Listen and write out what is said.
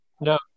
No